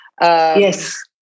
Yes